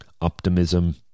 optimism